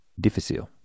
difícil